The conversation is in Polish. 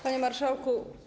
Panie Marszałku!